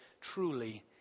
truly